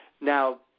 Now